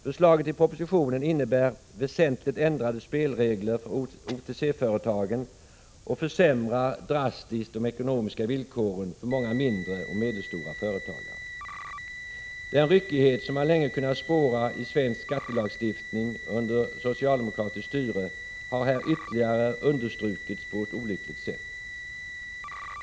Förslaget i propositionen innebär väsentligt ändrade spelregler för OTC företagen och försämrar drastiskt de ekonomiska villkoren för många mindre och medelstora företagare. Den ryckighet som man länge har kunnat spåra i svensk skattelagstiftning under socialdemokratiskt styre har här ytterligare understrukits på ett olyckligt sätt.